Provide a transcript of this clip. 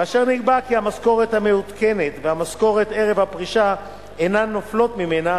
ואשר נקבע כי המשכורת המעודכנת והמשכורת ערב הפרישה אינן נופלות ממנה,